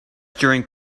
during